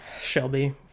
Shelby